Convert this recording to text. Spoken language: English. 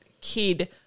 kid